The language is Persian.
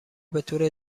بطور